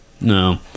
no